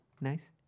Nice